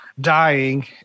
dying